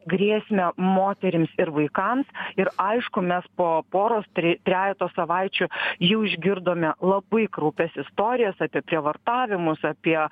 grėsmę moterims ir vaikams ir aišku mes po poros trejeto savaičių jau išgirdome labai kraupias istorijas apie prievartavimus apie